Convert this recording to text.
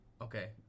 Okay